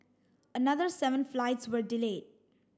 another seven flights were delayed